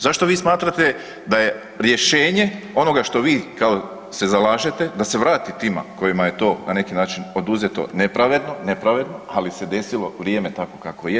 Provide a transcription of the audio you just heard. Zašto vi smatrate da je rješenje onoga što vi kao se zalažete, da se vrati tima kojima je to na neki način oduzeti nepravedno, nepravedno, ali se desilo u vrijeme takvo kakvo je.